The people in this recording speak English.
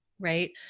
right